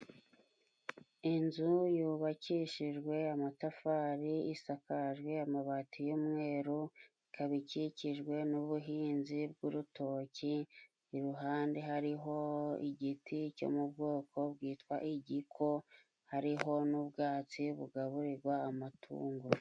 Inzu yubakishijwe amatafari, isakajwe amabati y'umweru, ikaba ikikijwe n'ubuhinzi bw'urutoki, iruhande hariho igiti cyo mu bwoko bwitwa igiko, hariho n'ubwatsi bugaburirwa amatungo.